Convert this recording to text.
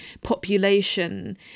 population